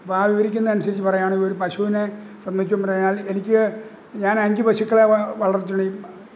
അപ്പോള് ആ വിവരിക്കുന്നതനുസരിച്ച് പറയാണെങ്കില് ഒരു പശുവിനെ സംബന്ധിച്ചും പറഞ്ഞാൽ എനിക്ക് ഞാൻ അഞ്ച് പശുക്കളെ വ വളർത്തിയുള്ള